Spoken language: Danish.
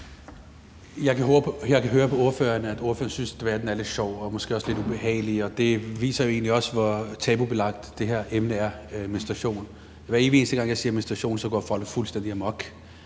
Jeg kan høre på ordføreren, at ordføreren synes, at verden er lidt sjov og måske også lidt ubehagelig, og det viser jo egentlig også, hvor tabubelagt det her emne med menstruation er. Hver evige eneste gang jeg siger menstruation, går folk fuldstændig amok,